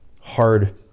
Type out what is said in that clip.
hard